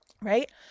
right